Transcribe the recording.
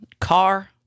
car